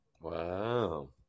Wow